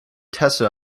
tested